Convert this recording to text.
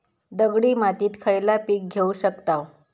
दगडी मातीत खयला पीक घेव शकताव?